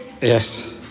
Yes